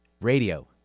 Radio